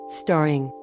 starring